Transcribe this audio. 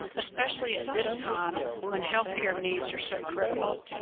especially at this time when health care needs are so critical.